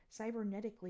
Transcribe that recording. cybernetically